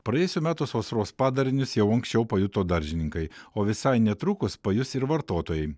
praėjusių metų sausros padarinius jau anksčiau pajuto daržininkai o visai netrukus pajus ir vartotojai